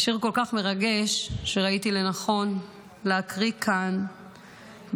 השיר כל כך מרגש, שראיתי לנכון להקריא כאן במליאה,